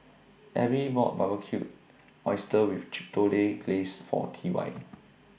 Ebbie bought Barbecued Oysters with Chipotle Glaze For T Y